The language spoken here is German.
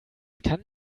kann